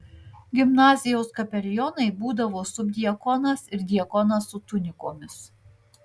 gimnazijos kapelionai būdavo subdiakonas ir diakonas su tunikomis